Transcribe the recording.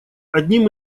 одним